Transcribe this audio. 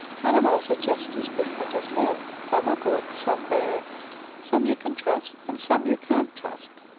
animals are just as different as men some are good, some bad some you can trust and some you can't trust.